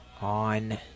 on